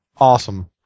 Awesome